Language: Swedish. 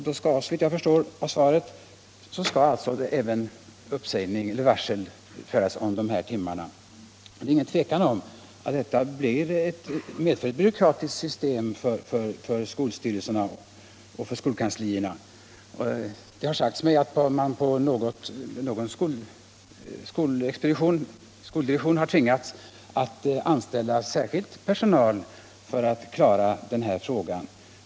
Då skall, såvitt jag förstår av svaret, även uppsägning eller varsel göras om dessa timmar. Det är inget tvivel om att det medför ett byråkratiskt system för skolstyrelserna och skolkanslierna. Det har sagts mig att man på en skolexpedition har tvingats anställa särskild personal för att klara denna fråga.